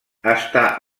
està